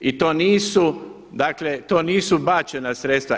I to nisu, dakle to nisu bačena sredstva.